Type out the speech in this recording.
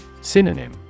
Synonym